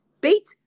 Beat